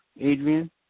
Adrian